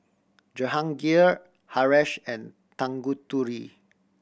Jehangirr Haresh and Tanguturi